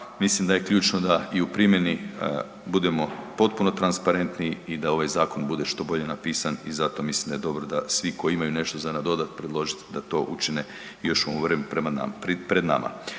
mislim da je ključno da i u primjeni budemo potpuno transparentni i da ovaj zakon bude što bolje napisan i zato mislim da je dobro da svi koji imaju nešto za nadodati, predložiti da to učine još u ovom vremenu pred nama.